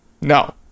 no